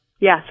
yes